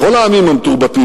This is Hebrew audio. לכל העמים המתורבתים,